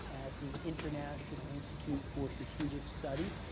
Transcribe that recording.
at the international institute for strategic studies,